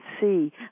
see